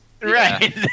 Right